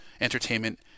entertainment